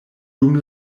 dum